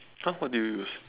!huh! what do you use